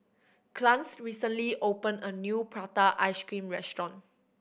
Clarnce recently opened a new prata ice cream restaurant